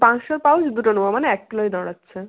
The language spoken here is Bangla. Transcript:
পাঁচশোর পাউচ দুটো নেব মানে এক কিলোই দাঁড়াচ্ছে